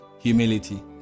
Humility